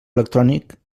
electrònic